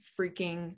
freaking